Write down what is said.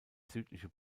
südliche